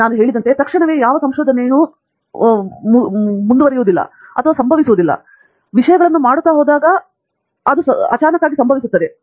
ನಾವು ಹೇಳಿದಂತೆ ತಕ್ಷಣವೇ ಮಾರ್ಗವನ್ನು ಮುರಿದುಬಿಡುವುದಿಲ್ಲ ಮತ್ತು ವಿಷಯಗಳನ್ನು ಮಾಡಬಹುದು